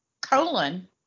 colon